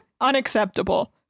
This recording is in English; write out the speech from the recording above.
unacceptable